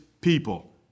people